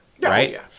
right